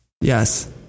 Yes